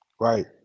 Right